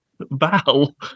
Val